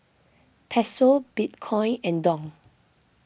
Peso Bitcoin and Dong